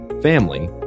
family